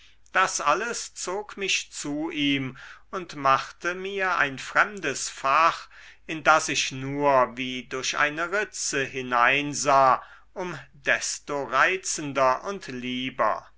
das alles zog mich zu ihm und machte mir ein fremdes fach in das ich nur wie durch eine ritze hineinsah um desto reizender und lieber